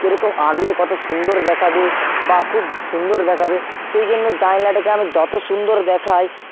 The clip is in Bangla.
কেরকম আগলে কত সুন্দর দেখাবে বা খুব সুন্দর দেখাবে সেই জন্য জানলাটাকে আমি যত সুন্দর দেখাই